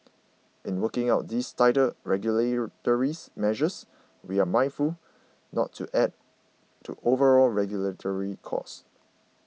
in working out these tighter measures we're mindful not to add to overall regulatory costs